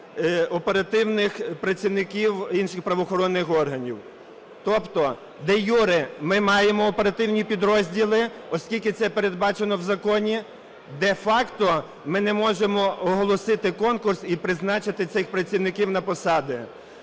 оперативних працівників інших правоохоронних органів. Тобто, де-юре ми маємо оперативні підрозділи, оскільки це передбачено в законі, де-факто ми не можемо оголосити конкурс і призначити цих працівників на посади.